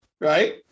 right